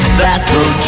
battle